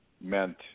meant